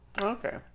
Okay